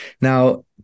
Now